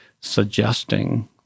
suggesting